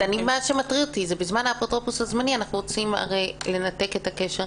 מה שמטריד אותי בזמן האפוטרופוס הזמני אנחנו רוצים לנתק את הקשר,